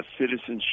citizenship